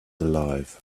alive